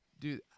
Dude